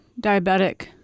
diabetic